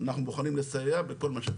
אנחנו מוכנים לסייע בכל מה שצריך.